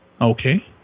Okay